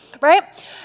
right